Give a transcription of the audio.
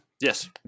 Yes